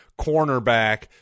cornerback